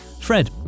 Fred